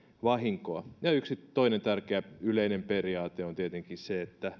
vahinkoa yksi toinen tärkeä yleinen periaate on tietenkin se